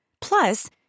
Plus